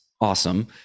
awesome